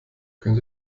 könnt